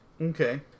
Okay